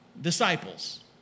Disciples